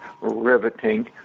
riveting